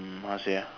mm how to say ah